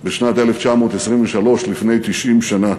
בשנת 1923, לפני 90 שנה.